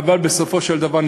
אבל בסופו של דבר,